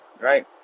right